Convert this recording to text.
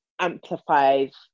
amplifies